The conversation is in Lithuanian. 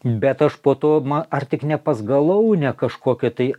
bet aš po to ar tik ne pas galaunę kažkokio tai